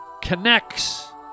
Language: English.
connects